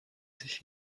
sich